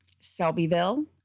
Selbyville